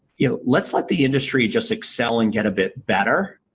you know let's let the industry just excel and get a bit better.